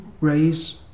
raise